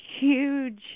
huge